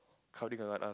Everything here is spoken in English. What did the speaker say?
crowding around us